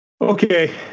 Okay